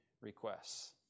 requests